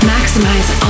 Maximize